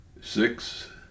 six